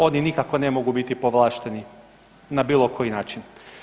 Oni nikako ne mogu biti povlašteni na bilo koji način.